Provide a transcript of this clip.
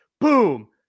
boom